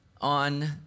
on